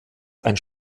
ein